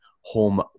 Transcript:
home